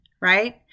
Right